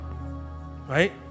Right